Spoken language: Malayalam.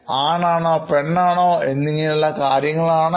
ആണാണോ പെണ്ണാണോ ഇങ്ങനെയുള്ള കാര്യങ്ങൾ ആണ്